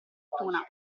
fortuna